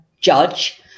judge